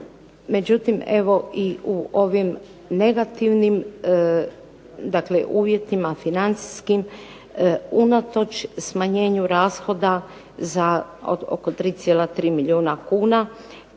međutim evo i u ovim negativnim dakle uvjetima financijskim, unatoč smanjenju rashoda za od oko 3,3 milijuna kuna,